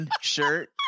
shirt